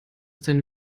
dein